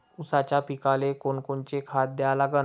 ऊसाच्या पिकाले कोनकोनचं खत द्या लागन?